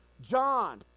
John